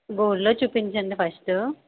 గోల్డ్లో చూపించండి ఫస్టూ